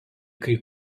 kai